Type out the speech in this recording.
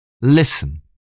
Listen